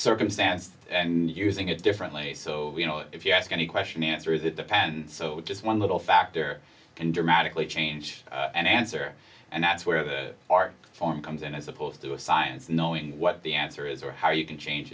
circumstance and using it differently so you know if you ask any question answer is it depends so with just one little fact there can dramatically change an answer and that's where the art form comes in as opposed to a science knowing what the answer is or how you can change